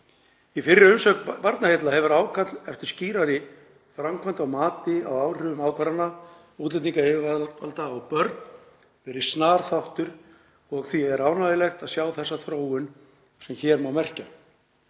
Í fyrri umsögnum Barnaheilla hefur ákall eftir skýrari framkvæmd á mati á áhrifum ákvarðana útlendingayfirvalda á börn verið snar þáttur og því er ánægjulegt að sjá þá þróun sem hér má merkja.